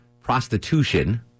prostitution